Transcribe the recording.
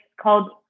called